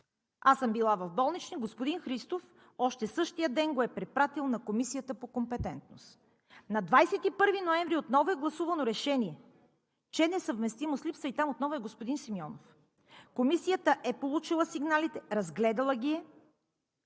Аз съм била в болнични, господин Христов още същия ден го е препратил на Комисията по компетентност. На 21 ноември отново е гласувано решение, че несъвместимост липсва, и там отново е господин Симеонов. Комисията е получила сигналите, разгледала ги е